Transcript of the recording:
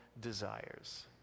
desires